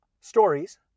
stories